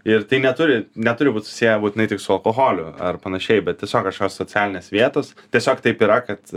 ir tai neturi neturi būt susiję būtinai tik su alkoholiu ar panašiai bet tiesiog kažkokios socialinės vietos tiesiog taip yra kad